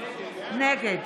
נגד